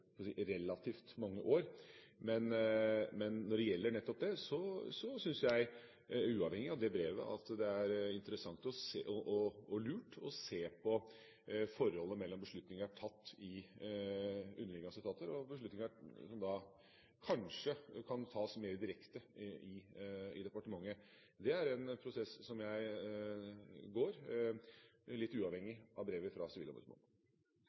relativt mange år. Men når det gjelder nettopp det, syns jeg – uavhengig av det brevet – at det er interessant og lurt å se på forholdet mellom beslutninger tatt i underliggende etater og beslutninger som kanskje kan tas mer direkte i departementet. Det er en prosess som går, litt uavhengig av brevet fra sivilombudsmannen.